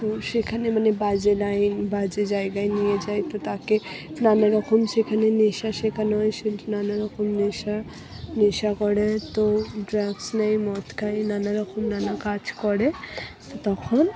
তো সেখানে মানে বাজে লাইন বাজে জায়গায় নিয়ে যায় তো তাকে নানারকম সেখানে নেশা শেখানো হয় সেই নানা রকম নেশা নেশা করে তো ড্রাগস নেয় মদ খায় নানারকম নানা কাজ করে তখন